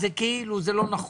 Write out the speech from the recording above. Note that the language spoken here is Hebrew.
זה כאילו אבל זה לא נכון.